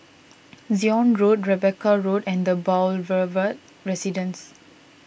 Zion Road Rebecca Road and the Boulevard Residence